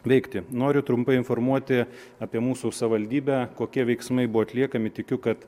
veikti noriu trumpai informuoti apie mūsų savivaldybę kokie veiksmai buvo atliekami tikiu kad